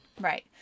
Right